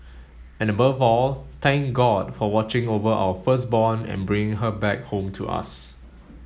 and above all thank God for watching over our firstborn and bringing her back home to us